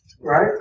right